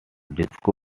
disco